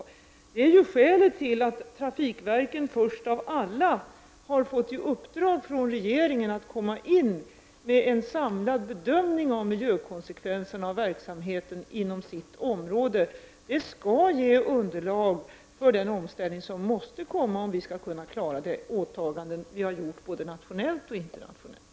Detta är skälet till att trafikverken först av alla har fått i uppdrag av regeringen att göra en samlad bedömning av miljökonsekvenserna av verksamheten inom sina områden. Det skall ge underlag för den omställning som måste ske, om vi skall klara de åtaganden som vi har gjort både nationellt och internationellt.